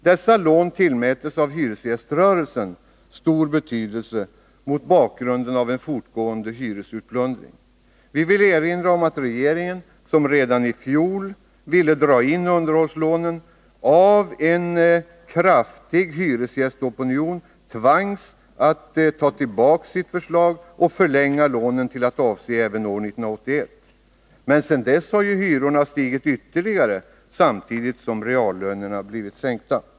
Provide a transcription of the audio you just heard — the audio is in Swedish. Dessa lån tillmäts, mot bakgrund av en fortgående hyresutplundring, stor betydelse av hyresgäströrelsen. Vi vill erinra om att regeringen, som redan i fjol ville dra in underhållslånen, av en kraftig hyresgästopinion tvangs att ta tillbaka sitt förslag och förlänga lånen till att avse även år 1981. Sedan dess har hyrorna stigit ytterligare, samtidigt som reallönerna blivit sänkta.